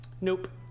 Nope